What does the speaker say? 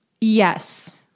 Yes